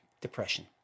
depression